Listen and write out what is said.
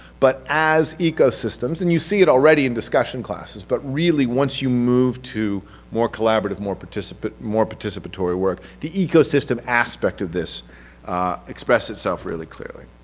but as ecosystems, and you see it already in discussion classes, but really once you move to more collaborative, more participatory more participatory work, the ecosystem aspect of this expresses itself really clearly,